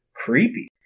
Creepy